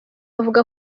avuga